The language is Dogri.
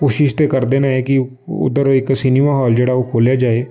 कोशिश ते करदे न कि उद्धर इक सिनेमाहाल जेह्ड़ा ओह् खोलेआ जाए